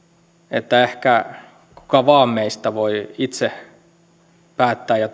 että ehkä kuka vain meistä voi itse päättää ja